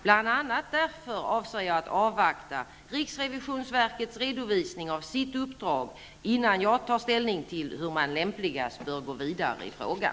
Bl.a. därför avser jag att avvakta riksrevisionsverkets redovisning av sitt uppdrag innan jag tar ställning till hur man lämpligast bör gå vidare i frågan.